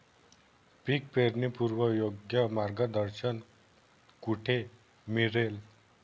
पीक पेरणीपूर्व योग्य मार्गदर्शन कुठे मिळेल?